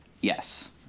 Yes